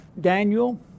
Daniel